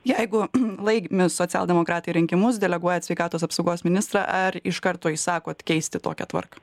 jeigu laimi socialdemokratai rinkimus deleguojat sveikatos apsaugos ministrą ar iš karto įsakot keisti tokią tvarką